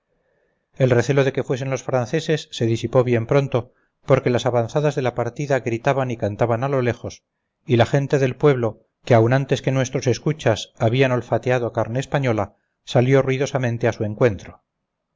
el recelo de que fuesen los franceses se disipó bien pronto porque las avanzadas de la partida gritaban y cantaban a lo lejos y la gente del pueblo que aun antes que nuestros escuchas había olfateado carne española salió ruidosamente a su encuentro